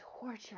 torture